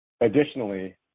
Additionally